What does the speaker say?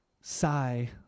sigh